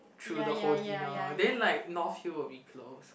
through the whole dinner then like north-hill will be closed